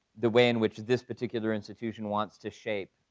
the way in which this particular institution wants to shape